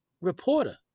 reporter